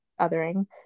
othering